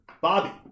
Bobby